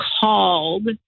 called